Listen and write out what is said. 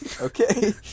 Okay